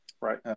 Right